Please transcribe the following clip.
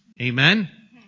Amen